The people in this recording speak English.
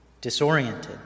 disoriented